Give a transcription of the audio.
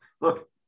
look